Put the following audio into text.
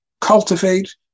cultivate